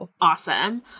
Awesome